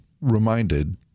reminded